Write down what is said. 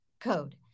code